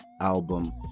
album